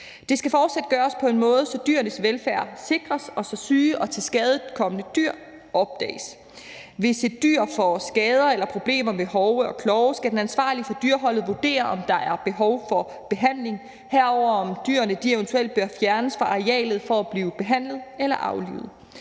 Det skal fortsat gøres på en måde, så dyrenes velfærd sikres, og så syge og tilskadekomne dyr opdages. Hvis et dyr får skader eller problemer med hove og klove, skal den ansvarlige for dyreholdet vurdere, om der er behov for behandling, herunder om dyrene eventuelt bør fjernes fra arealet for at blive behandlet eller aflivet.